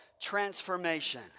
transformation